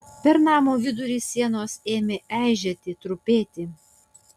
per namo vidurį sienos ėmė eižėti trupėti